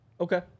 Okay